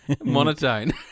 monotone